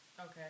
Okay